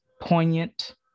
poignant